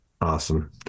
Awesome